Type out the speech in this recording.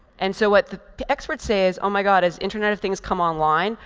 and so what the experts say is, oh, my god, as internet of things come online,